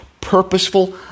purposeful